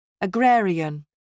agrarian